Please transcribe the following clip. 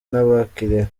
n’abakiliya